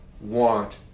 want